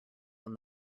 when